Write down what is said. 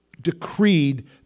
decreed